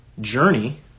journey